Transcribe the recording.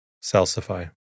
salsify